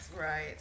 right